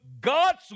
god's